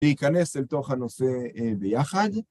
להיכנס אל תוך הנושא ביחד.